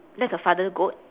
that's a father goat